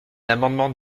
amendement